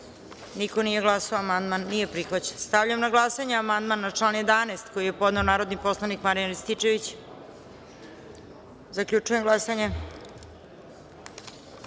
za – niko. Amandman nije prihvaćen. Stavljam na glasanje amandman na član 8. koji je podneo narodni poslanik Marijan Rističević. Zaključujem glasanje: